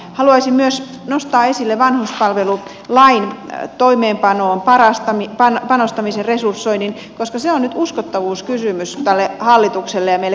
haluaisin myös nostaa esille vanhuspalvelulain toimeenpanoon panostamisen resursoinnin koska se on nyt uskottavuuskysymys tälle hallitukselle ja meille kansanedustajille